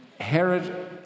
Herod